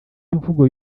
imvugo